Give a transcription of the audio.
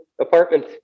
apartment